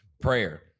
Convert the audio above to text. prayer